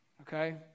Okay